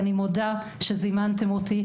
אני מודה שזימנתם אותי.